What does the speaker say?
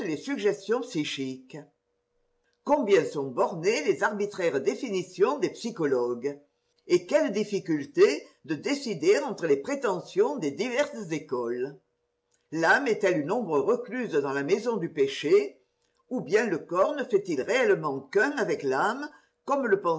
suggestions psychiques combien sont bornées les arbitraires définitions des psychologues et quelle difficulté de décider entre les prétentions des diverses écoles l'âme est-elle une ombre recluse dans la maison du péché ou bien le corps ne fait-il réellement qu'un avec l'âme comme le